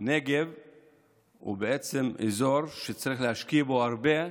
הנגב הוא אזור שצריך להשקיע בו הרבה,